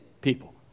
people